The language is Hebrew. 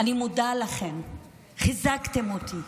אני מודה לכם, חיזקתם אותי.